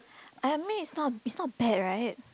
I I mean it's not it's not bad right